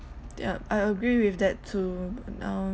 yeah I agree with that too now